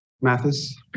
Mathis